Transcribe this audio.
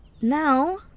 now